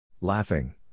Laughing